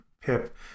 Pip